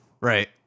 Right